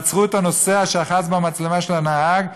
עצרו את הנוסע שאחז במצלמה של הנהג,